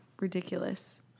Ridiculous